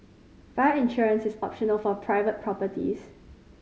fire insurance is optional for private properties